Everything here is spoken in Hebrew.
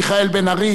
מיכאל בן-ארי,